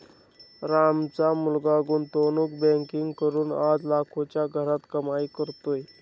रामचा मुलगा गुंतवणूक बँकिंग करून आज लाखोंच्या घरात कमाई करतोय